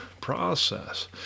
process